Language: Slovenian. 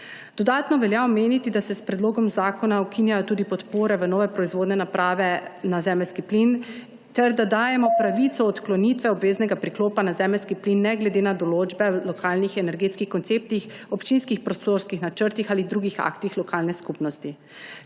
Dodatno velja omeniti, da se s predlogom zakona ukinjajo tudi podpore v nove proizvodne naprave na zemeljski plin ter da dajemo pravico odklonitve obveznega priklopa na zemeljski plin, ne glede na določbe v lokalnih energetskih konceptih, občinskih prostorskih načrtih ali drugih aktih lokalne skupnosti.